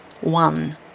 one